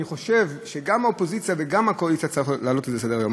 אני חושב שגם האופוזיציה וגם הקואליציה צריכות להעלות את זה לסדר-היום.